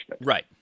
Right